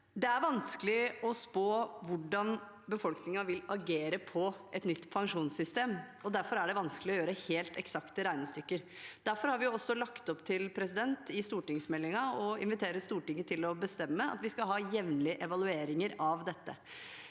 Det er vanskelig å spå hvordan befolkningen vil agere på et nytt pensjonssystem, og derfor er det vanskelig å gjøre helt eksakte regnestykker. Derfor har vi også i stortingsmeldingen lagt opp til å invitere Stortinget til å bestemme at vi skal ha jevnlige evalueringer av dette.